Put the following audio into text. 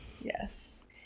Yes